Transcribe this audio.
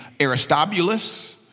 Aristobulus